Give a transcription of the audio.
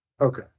Okay